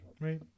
right